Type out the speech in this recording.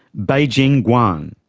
beijing guoan.